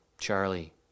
Charlie